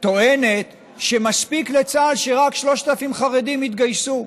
טוענת שמספיק לצה"ל שרק 3,000 חרדים יתגייסו?